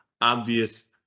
obvious